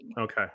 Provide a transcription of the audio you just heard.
Okay